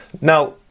now